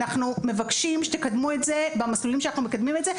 אנחנו מבקשים שתקדמו את זה במסלולים שאנחנו מקדמים את זה,